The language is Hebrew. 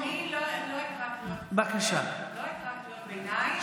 אני לא אקרא קריאות ביניים,